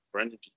energy